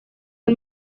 del